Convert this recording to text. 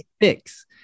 fix